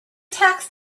tax